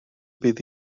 bydd